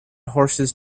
horses